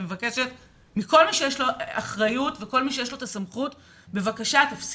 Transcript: ומבקשת מכל מי שיש לו אחריות וסמכות להפסיק